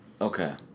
Okay